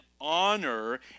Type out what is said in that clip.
honor